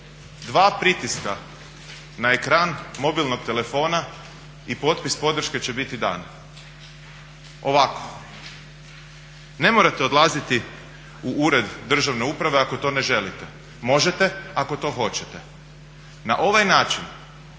2 pritiska na ekran mobilnog telefona i potpis podrške će biti dan. Ovako, ne morate odlaziti u ured državne uprave ako to ne želite, možete ako to hoćete. Na ovaj način